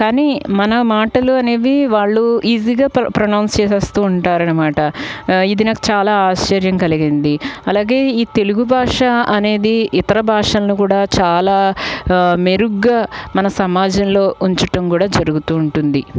కానీ మన మాటలు అనేవి వాళ్ళు ఈసీగా ప్ర ప్రొనౌన్స్ చేసేస్తూ ఉంటారన్నమాట ఇది నాకు చాలా ఆశ్చర్యం కలిగింది అలాగే ఈ తెలుగు భాష అనేది ఇతర భాషలను కూడా చాలా మెరుగ్గా మన సమాజంలో ఉంచటం కూడా జరుగుతూ ఉంటుంది